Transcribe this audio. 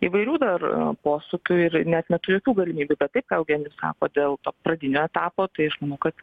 įvairių dar posūkių ir neatmetu jokių galimybių bet taip ką eugenijus sako dėl pradinio etapo tai aš manau kad